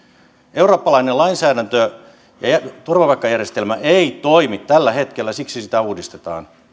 eurooppalainen lainsäädäntö ja turvapaikkajärjestelmä ei toimi tällä hetkellä siksi sitä uudistetaan